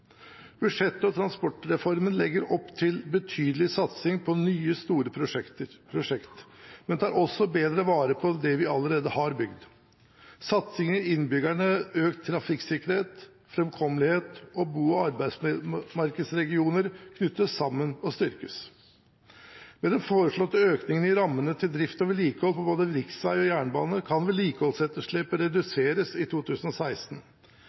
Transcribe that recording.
Budsjettet og transportreformene legger opp til betydelig satsing på nye store prosjekt, men tar også bedre vare på det vi allerede har bygd. Satsingen gir innbyggerne økt trafikksikkerhet og framkommelighet, og bo- og arbeidsmarkedsregioner knyttes sammen og styrkes. Med den foreslåtte økningen i rammene til drift og vedlikehold på både riksvei og jernbane kan vedlikeholdsetterslepet reduseres i 2016.